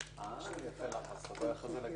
יש בדרך כלל סיבה לכך - או הוא מופחד